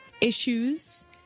issues